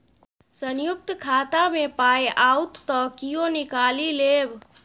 संयुक्त खाता मे पाय आओत त कियो निकालि लेब